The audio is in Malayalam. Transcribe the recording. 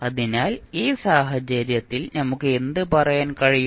അതിനാൽ ഈ സാഹചര്യത്തിൽ നമുക്ക് എന്ത് പറയാൻ കഴിയും